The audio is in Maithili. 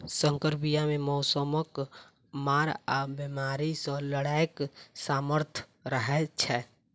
सँकर बीया मे मौसमक मार आ बेमारी सँ लड़ैक सामर्थ रहै छै